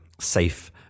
safe